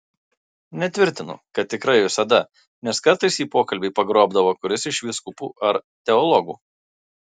netvirtinu kad tikrai visada nes kartais jį pokalbiui pagrobdavo kuris iš vyskupų ar teologų